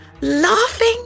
Laughing